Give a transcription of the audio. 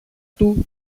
του